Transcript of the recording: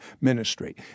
ministry